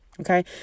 Okay